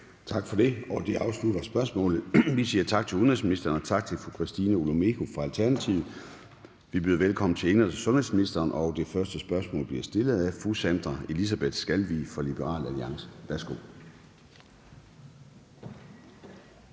Tak for det. Det afslutter spørgsmålet. Vi siger tak til udenrigsministeren og tak til fru Christina Olumeko fra Alternativet. Vi byder velkommen til indenrigs- og sundhedsministeren, og det første spørgsmål bliver stillet af fru Sandra Elisabeth Skalvig fra Liberal Alliance. Kl.